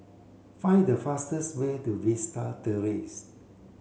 find the fastest way to Vista Terrace